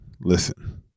listen